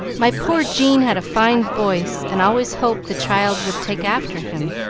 my poor jean had a fine voice, and always hoped the child would take after him.